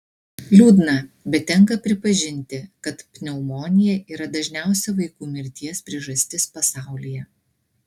liūdna bet tenka pripažinti kad pneumonija yra dažniausia vaikų mirties priežastis pasaulyje